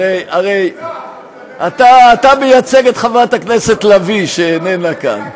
הרי אתה מייצג את חברת הכנסת לביא, שאיננה כאן.